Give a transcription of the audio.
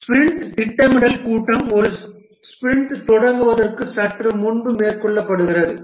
sprint திட்டமிடல் கூட்டம் ஒரு ஸ்பிரிண்ட் தொடங்குவதற்கு சற்று முன்பு மேற்கொள்ளப்படுகிறது